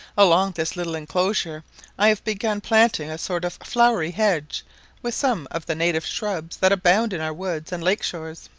along this little enclosure i have begun planting a sort of flowery hedge with some of the native shrubs that abound in our woods and lake shores.